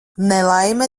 nelaime